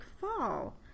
fall